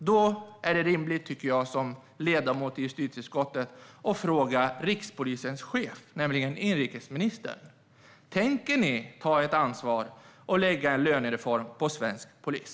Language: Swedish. Då tycker jag, som ledamot i justitieutskottet, att det är rimligt att fråga rikspolischefens chef, nämligen inrikesministern: Tänker ni ta ett ansvar och lägga fram en lönereform när det gäller svensk polis?